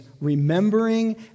remembering